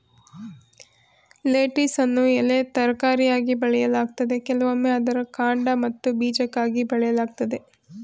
ಲೆಟಿಸನ್ನು ಎಲೆ ತರಕಾರಿಯಾಗಿ ಬೆಳೆಯಲಾಗ್ತದೆ ಕೆಲವೊಮ್ಮೆ ಅದರ ಕಾಂಡ ಮತ್ತು ಬೀಜಕ್ಕಾಗಿ ಬೆಳೆಯಲಾಗ್ತದೆ